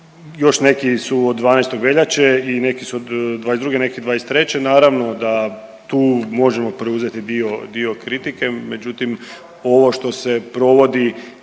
Još neki su od 12. veljače i neki su od 22., neki 23., naravno da tu možemo preuzeti dio kritike, međutim, ovo što se provodi